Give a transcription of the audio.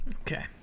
okay